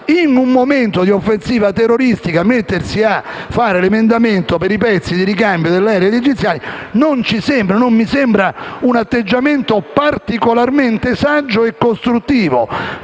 In un momento di offensiva terroristica approvare un emendamento sui pezzi di ricambio degli aerei egiziani non ci sembra un atteggiamento particolarmente saggio e costruttivo,